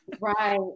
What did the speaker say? Right